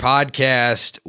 Podcast